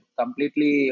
completely